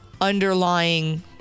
underlying